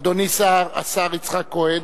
אדוני השר יצחק כהן,